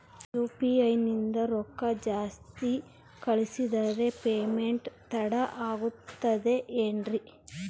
UPI ನಿಂದ ರೊಕ್ಕ ಜಾಸ್ತಿ ಕಳಿಸಿದರೆ ಪೇಮೆಂಟ್ ತಡ ಆಗುತ್ತದೆ ಎನ್ರಿ?